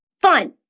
Fun